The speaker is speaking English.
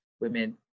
women